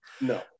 No